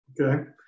Okay